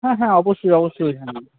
হ্যাঁ হ্যাঁ অবশ্যই অবশ্যই হ্যাঁ